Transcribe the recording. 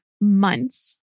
months